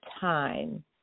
time